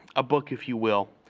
a book if you will,